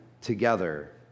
together